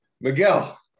Miguel